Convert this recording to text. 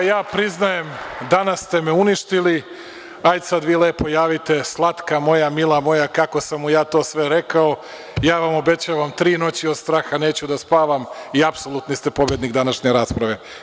Evo, ja priznajem, danas ste me uništili, hajde sad vi lepo javite „slatka moja, mila moja, kako sam mu ja sve to rekao“ i ja vam obećavam tri noći od straha neću da spavam i apsolutni ste pobednik današnje rasprave.